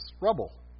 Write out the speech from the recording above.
Rubble